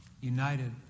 united